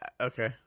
okay